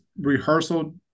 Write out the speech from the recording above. rehearsal